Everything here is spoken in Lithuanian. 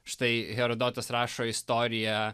štai herodotas rašo istoriją